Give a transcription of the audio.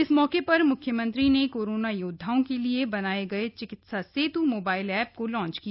इस मौके पर म्ख्यमंत्री ने कोरोना योद्वाओं के लिए बनाये गये Chikitsa Setu mobile app launch किया